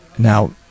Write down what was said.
Now